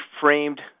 framed